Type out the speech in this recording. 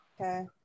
Okay